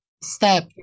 step